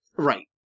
Right